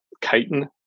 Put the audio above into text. chitin